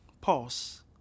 pause